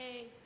Hey